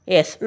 Yes